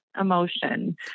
emotion